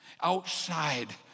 outside